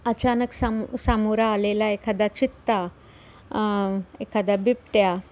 अचानक साम सामोरा आलेला एखादा चित्ता एखादा बिबट्या